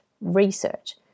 research